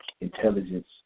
intelligence